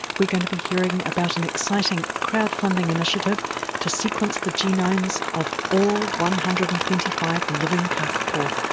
we're going to be hearing about an exciting crowd funding initiative to sequence the genomes of all one hundred and twenty five living kakapo.